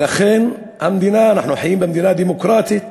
ולכן המדינה, אנחנו חיים במדינה דמוקרטית